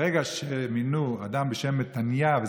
ברגע שמינו אדם בשם מתניהו,